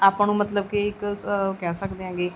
ਆਪਾਂ ਨੂੰ ਮਤਲਬ ਕਿ ਇੱਕ ਸ ਕਹਿ ਸਕਦੇ ਹੈਗੇ